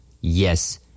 Yes